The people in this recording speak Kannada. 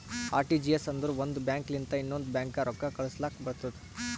ಆರ್.ಟಿ.ಜಿ.ಎಸ್ ಅಂದುರ್ ಒಂದ್ ಬ್ಯಾಂಕ್ ಲಿಂತ ಇನ್ನೊಂದ್ ಬ್ಯಾಂಕ್ಗ ರೊಕ್ಕಾ ಕಳುಸ್ಲಾಕ್ ಬರ್ತುದ್